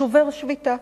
שובר שביתה.